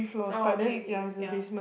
oh okay okay ya